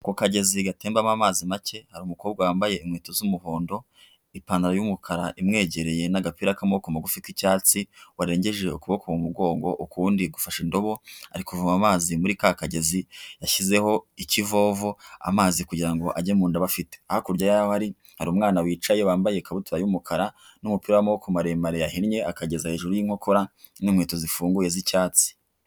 Ku kagezi gatembamo amazi macye, hari umukobwa wambaye inkweto z'umuhondo, ipantaro y'umukara imwegereye n'agapira k'amaboko mugufi k' icyatsi, warengeje ukuboko mu mugongo ukundi gufashe indobo, ari kuvoma amazi muri ka kagezi yashyizeho ikivovo, amazi kugira ngo ajye mu ndobo afite, hakurya yaho hari umwana wicaye wambaye ikabutura y'umukara n'umupira w'amaboko maremare yahinnye akageza hejuru y'inkokora n'inkweto zifunguye z'icyatsi.